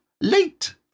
Late